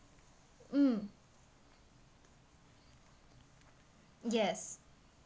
mm yes